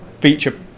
feature